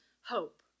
hope